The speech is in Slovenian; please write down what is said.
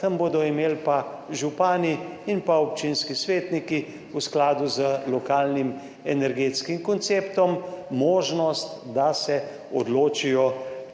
Tam bodo imeli pa župani in pa občinski svetniki v skladu z lokalnim energetskim konceptom možnost, da se odločijo